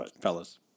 fellas